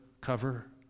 cover